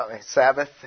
Sabbath